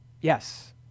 Yes